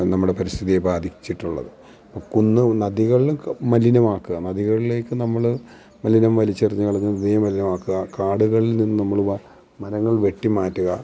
നമ്മുടെ പരിസ്ഥിതിയെ ബാധിച്ചിട്ടുള്ളത് കുന്ന് നദികൾ മലിനമാക്കുക നദികളിലേക്ക് നമ്മള് മലിനം വലിച്ചെറിഞ്ഞ് കളഞ്ഞ് നദിയെ മലിനമാക്കുക കാടുകൾ നിന്ന് നമ്മള് മരങ്ങൾ വെട്ടി മാറ്റുക